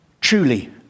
truly